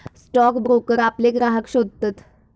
stock broker आपले ग्राहक शोधतत